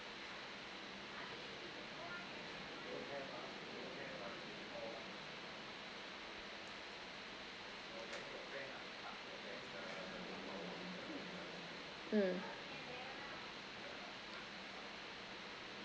mm